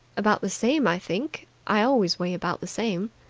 about the same, i think. i always weigh about the same.